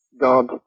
God